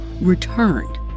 returned